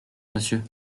monsieur